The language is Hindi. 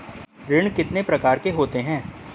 ऋण कितने प्रकार के होते हैं?